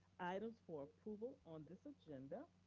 items for approval on this agenda